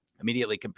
immediately